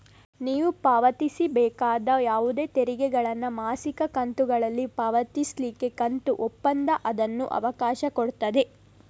ನೀವು ಪಾವತಿಸಬೇಕಾದ ಯಾವುದೇ ತೆರಿಗೆಗಳನ್ನ ಮಾಸಿಕ ಕಂತುಗಳಲ್ಲಿ ಪಾವತಿಸ್ಲಿಕ್ಕೆ ಕಂತು ಒಪ್ಪಂದ ಅನ್ನುದು ಅವಕಾಶ ಕೊಡ್ತದೆ